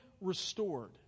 restored